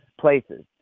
places